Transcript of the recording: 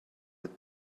with